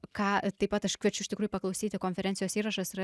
ką taip pat aš kviečiu iš tikrųjų paklausyti konferencijos įrašas yra